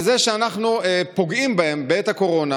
בזה שאנחנו פוגעים בהם בעת הקורונה,